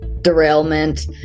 derailment